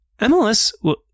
MLS